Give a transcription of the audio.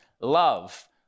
love